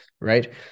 Right